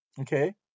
Okay